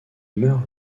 meurt